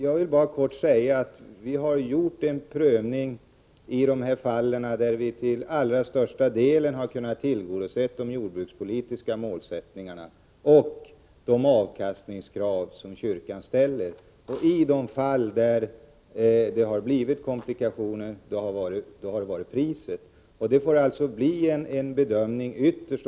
Jag vill bara kort säga att vi i sådana här fall har gjort en prövning enligt vilken vi till allra största delen har kunnat tillgodose både de jordbrukspolitiska målsättningarna och de avkastningskrav som kyrkan ställer. Då det har blivit komplikationer har det gällt priset.